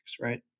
right